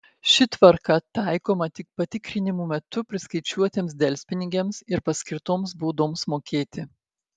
ši tvarka taikoma tik patikrinimų metu priskaičiuotiems delspinigiams ir paskirtoms baudoms mokėti